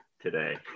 today